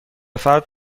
فرد